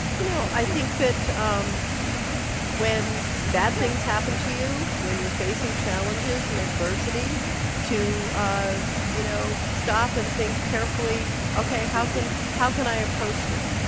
you know, i think that um when bad things happen to you, when you're facing challenges and adversity to, you know, stop and think carefully, ok, how can how can i approach this?